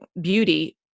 beauty